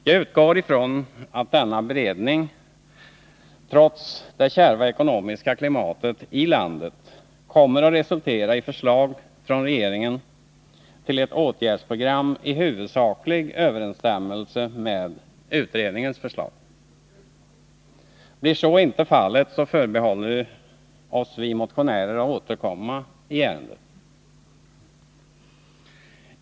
Jag utgår ifrån att denna beredning, trots det kärva ekonomiska klimatet i landet, kommer att resultera i förslag från regeringen till ett åtgärdsprogram i huvudsaklig överensstämmelse med utredningens förslag. Blir så inte fallet förbehåller vi motionärer oss att återkomma i ärendet.